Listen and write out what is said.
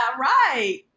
right